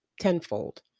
tenfold